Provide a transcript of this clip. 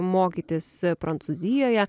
mokytis prancūzijoje